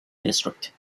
district